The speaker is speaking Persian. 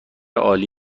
عالی